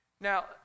Now